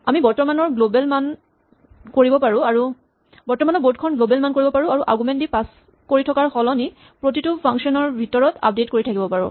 আমি বৰ্ড খন গ্লৱেল মান কৰিব পাৰো আৰু আৰগুমেন্ট দি পাছ কৰি থকাৰ সলনি প্ৰতিটো ফাংচন ৰ ভিতৰত আপডেট কৰি থাকিব পাৰো